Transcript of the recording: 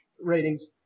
ratings